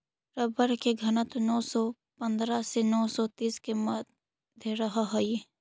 rubber के घनत्व नौ सौ पंद्रह से नौ सौ तीस के मध्य रहऽ हई